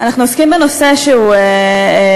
אנחנו עוסקים בנושא שהוא משמעותי,